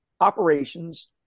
operations